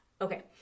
Okay